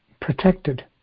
Protected